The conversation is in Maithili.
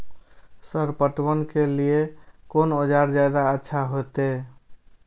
सर पटवन के लीऐ कोन औजार ज्यादा अच्छा होते?